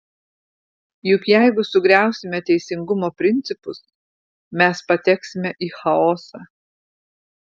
juk jeigu sugriausime teisingumo principus mes pateksime į chaosą